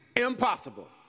impossible